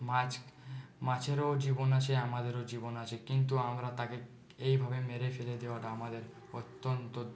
মাছ মাছেরও জীবন আছে আমাদেরও জীবন আছে কিন্তু আমরা তাকে এইভাবে মেরে ফেলে দেওয়াটা আমাদের অত্যন্ত